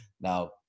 Now